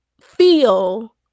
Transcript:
feel